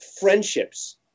friendships